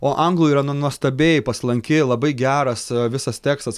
o anglų yra nu nuostabiai paslanki labai geras visas tekstas